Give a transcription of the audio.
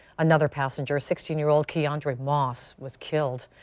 another passenger, sixteen year-old keondre moss was killed.